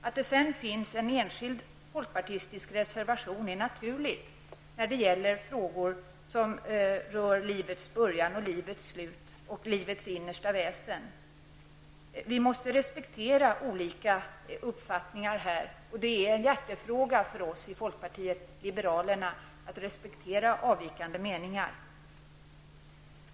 Att det sedan finns en enskild folkpartistisk reservation är naturligt när det gäller frågor som rör livets början, livets slut och livets innersta väsen. Vi måste respektera att det finns olika uppfattningar i detta sammanhang. Det är en hjärtefråga för oss i folkpartiet liberalerna att respektera avvikande meningar.